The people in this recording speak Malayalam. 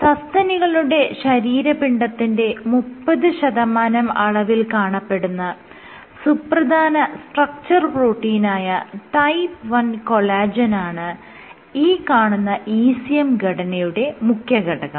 സസ്തനികളുടെ ശരീരപിണ്ഡത്തിന്റെ മുപ്പത് ശതമാനം അളവിൽ കാണപ്പെടുന്ന സുപ്രധാന സ്ട്രച്ചർ പ്രോട്ടീനായ ടൈപ്പ് 1 കൊളാജെനാണ് ഈ കാണുന്ന ECM ഘടനയുടെ മുഖ്യഘടകം